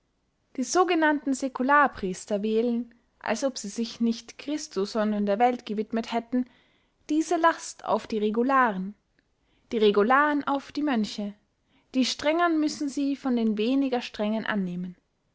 die sogenannten secularpriester wählen als ob sie sich nicht christo sondern der welt gewidmet hätten diese last auf die regularen die regularen auf die mönche die strengern müssen sie von den weniger strengen annehmen